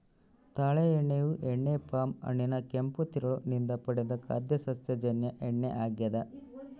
ತಾಳೆ ಎಣ್ಣೆಯು ಎಣ್ಣೆ ಪಾಮ್ ಹಣ್ಣಿನ ಕೆಂಪು ತಿರುಳು ನಿಂದ ಪಡೆದ ಖಾದ್ಯ ಸಸ್ಯಜನ್ಯ ಎಣ್ಣೆ ಆಗ್ಯದ